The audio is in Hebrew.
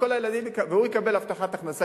והוא יקבל הבטחת הכנסה,